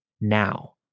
Now